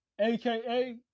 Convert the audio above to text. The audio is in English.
aka